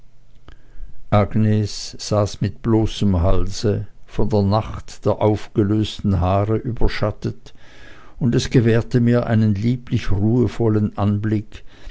agnes saß mit bloßem halse von der nacht der aufgelösten haare umschattet und es gewährte mir einen lieblich ruhevollen anblick